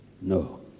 No